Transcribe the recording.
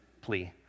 plea